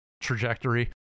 trajectory